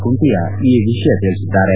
ಕುಂಟಿಯಾ ಈ ವಿಷಯ ತಿಳಿಸಿದ್ದಾರೆ